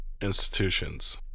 institutions